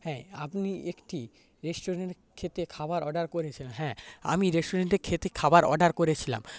হ্যাঁ আমি একটি রেস্টুরেন্ট থেকে খাবার অর্ডার করেছিলাম হ্যাঁ আমি রেস্টুরেন্টে খেতে খাবার অর্ডার করেছিলাম